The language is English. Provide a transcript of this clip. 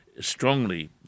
strongly